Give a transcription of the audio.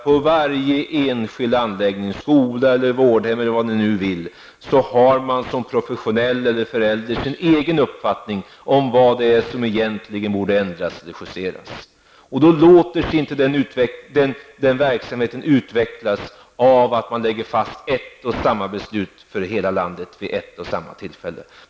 På varje enskild anläggning -- skola, vårdhem eller liknande -- har man som professionell eller förälder sin egen uppfattning om vad det är som egentligen borde ändras eller justeras. Då låter sig inte den verksamheten utvecklas i och med att man lägger fast ett och samma beslut för hela landet vid ett och samma tillfälle.